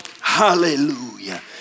Hallelujah